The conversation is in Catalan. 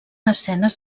escenes